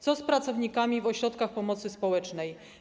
Co z pracownikami w ośrodkach pomocy społecznej?